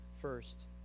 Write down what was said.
First